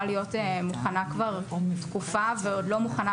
להיות מוכנה כבר תקופה ועוד לא מוכנה.